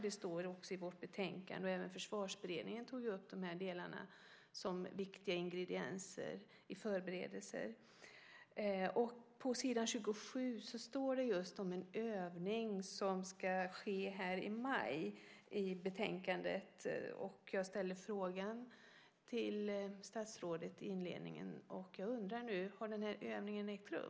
Det står också i vårt betänkande, och även Försvarsberedningen tog ju upp de här delarna som viktiga ingredienser i förberedelser. På s. 27 i betänkandet står det om en övning som ska ske i maj. Jag ställde en fråga om detta till statsrådet i inledningen. Jag undrar nu: Har den här övningen ägt rum?